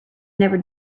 never